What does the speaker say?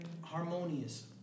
harmonious